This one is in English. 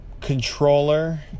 controller